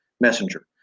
messenger